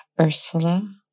Ursula